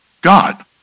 God